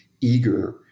eager